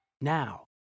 Now